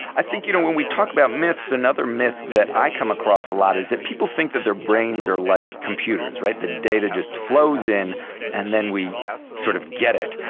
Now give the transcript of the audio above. i think you know when we talk about myths, another myth that i come across a lot is people think that their brains are like computers, right, that data just flows in and then we sort of get it.